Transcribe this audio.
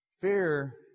Fear